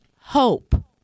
hope